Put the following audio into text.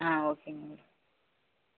ஆ ஓகேங்க மேடம்